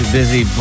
busy